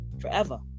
forever